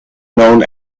known